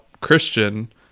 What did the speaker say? Christian